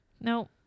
no